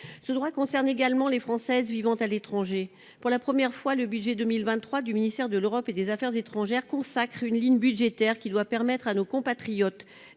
Ce droit concerne également les Françaises vivant à l'étranger. Pour la première fois, le budget 2023 du ministère de l'Europe et des affaires étrangères consacre une ligne budgétaire à nos compatriotes